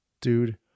dude